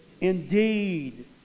Indeed